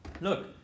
look